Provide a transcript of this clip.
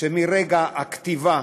שמרגע הכתיבה